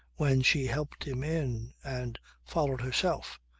when she helped him in and followed herself.